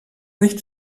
nicht